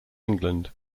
england